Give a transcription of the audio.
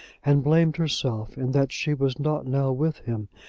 and blamed herself in that she was not now with him,